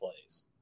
plays